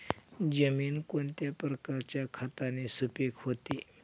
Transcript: जमीन कोणत्या प्रकारच्या खताने सुपिक होते?